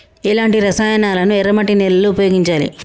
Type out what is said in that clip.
ఎలాంటి రసాయనాలను ఎర్ర మట్టి నేల లో ఉపయోగించాలి?